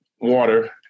water